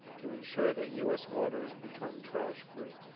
to ensure that u s. waters become trash free.